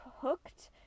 hooked